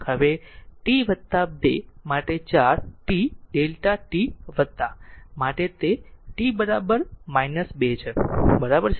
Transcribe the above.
હવે t t 2 માટે 4 t Δ માટે જે t 2 બરાબર છે